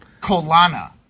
Colana